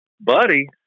Buddy